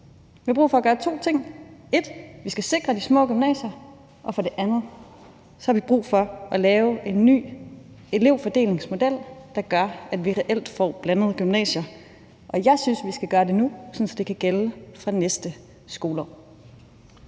Vi har brug for at gøre to ting: For det første skal vi sikre de små gymnasier, og for det andet har vi brug for at lave en ny elevfordelingsmodel, der gør, at vi reelt får blandede gymnasier. Og jeg synes, at vi skal gøre det nu, sådan at det kan gælde fra næste skoleår.